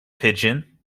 pigeon